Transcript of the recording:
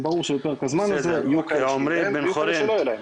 זה ברור שבפרק הזמן הזה יהיו כאלה שיהיה להם ויהיו כאלה שלא יהיה להם.